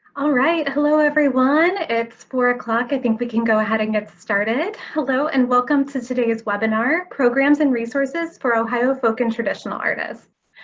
hello everyone it's four o'clock. i think we can go ahead and get started. hello and welcome to today's webinar, programs and resources for ohio folk and traditional artists.